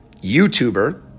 YouTuber